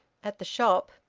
at the shop,